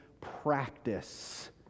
practice